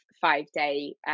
five-day